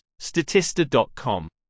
Statista.com